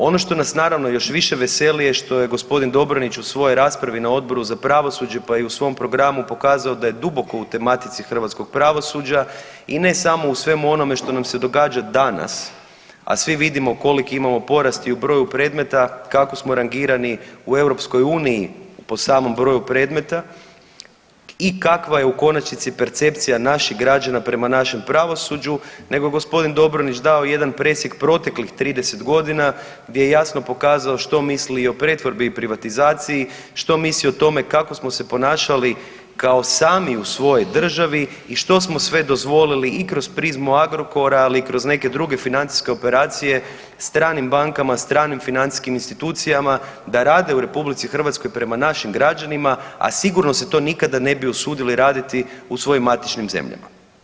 Ono što nas naravno još više veseli je što je g. Dobronić u svojoj raspravi na Odboru za pravosuđe, pa i u svom programu pokazao da je duboko u tematici hrvatskog pravosuđa i ne samo u svemu onome što nam se događa danas, a svi vidimo koliki imamo porast i u broju predmeta, kako smo rangirani u EU po samom broju predmeta i kakva je u konačnici percepcija naših građana prema našem pravosuđu, nego je g. Dobronić dao jedan presjek proteklih 30.g. gdje je jasno pokazao što misli i o pretvorbi i privatizaciji, što misli o tome kako smo se ponašali kao sami u svojoj državi i što smo sve dozvolili i kroz prizmu Agrokora, ali i kroz neke druge financijske operacije stranim bankama i stranim financijskim institucijama da rade u RH prema našim građanima, a sigurno se to nikada ne bi usudili raditi u svojim matičnim zemljama.